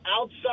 outside